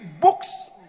books